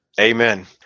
Amen